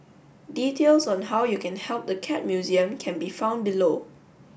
details on how you can help the Cat Museum can be found below